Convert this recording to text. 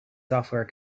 software